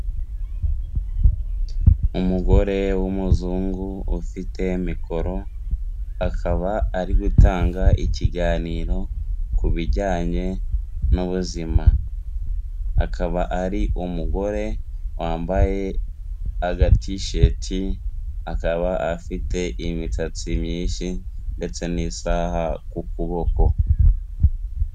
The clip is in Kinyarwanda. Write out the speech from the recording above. Umugore w'umuzungu ufite mikoro, akaba ari gutanga ikiganiro ku bijyanye n'ubuzima. Akaba ari umugore wambaye aga t-shirt, akaba afite imisatsi myinshi ndetse n'isaha ku kuboko.